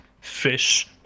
fish